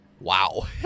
Wow